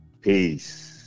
peace